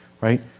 right